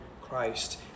Christ